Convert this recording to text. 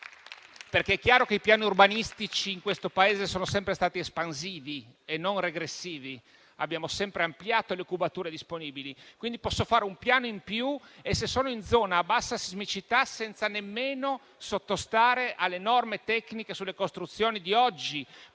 infatti, che i piani urbanistici in questo Paese sono sempre stati espansivi e non regressivi: abbiamo sempre ampliato le cubature disponibili, quindi si può fare un piano in più e, se si è in zona a bassa sismicità, lo si può fare senza nemmeno sottostare alle norme tecniche sulle costruzioni di oggi,